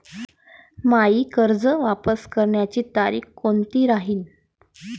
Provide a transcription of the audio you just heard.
मायी कर्ज वापस करण्याची तारखी कोनती राहीन?